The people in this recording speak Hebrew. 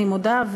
אני מודה,